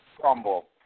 crumble